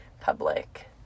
public